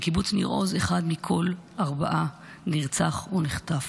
בקיבוץ ניר עוז אחד מכל ארבעה נרצח או נחטף.